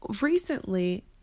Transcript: recently